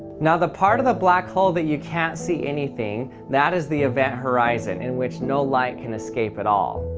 now the part of the black hole that you can't see anything, that is the event horizon, in which no light can escape at all